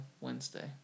Wednesday